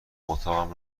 اتاقم